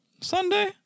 Sunday